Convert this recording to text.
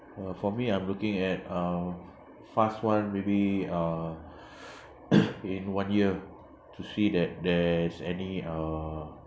uh for me I'm looking at uh fast one maybe uh in one year to see that there's any uh